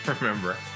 remember